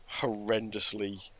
horrendously